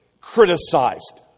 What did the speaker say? criticized